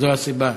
זו הסיבה.